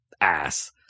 ass